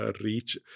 reach